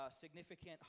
significant